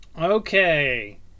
Okay